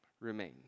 remains